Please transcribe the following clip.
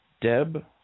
Deb